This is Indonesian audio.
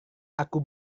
aku